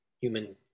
human